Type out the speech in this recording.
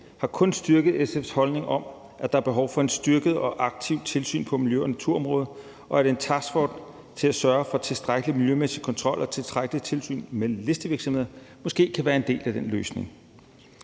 har kun styrket SF's holdning om, at der er behov for et styrket og aktivt tilsyn på miljø- og naturområdet, og en taskforce til at sørge for tilstrækkelig miljømæssig kontrol og tilstrækkeligt tilsyn med listevirksomheder kan måske være en del af den løsning.